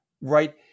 right